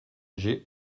j’ai